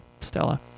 Stella